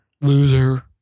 Loser